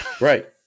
Right